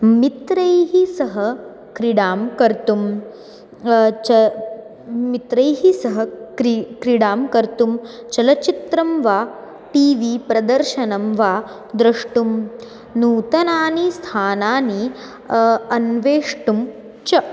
मित्रैः सह क्रिडां कर्तुं च मित्रैः सह क्री क्रीडां कर्तुं चलच्चित्रं वा टी वी प्रदर्शनं वा द्रष्टुं नूतनानि स्थानानि अन्वेष्टुं च